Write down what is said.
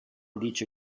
dice